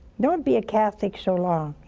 don't be a catholic so long